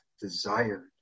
desired